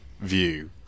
view